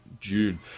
June